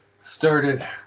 started